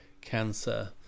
cancer